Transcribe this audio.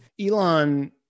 Elon